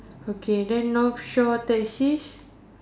okay then north shore taxis